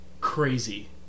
crazy